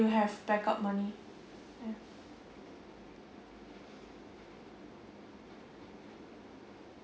you have backup money ya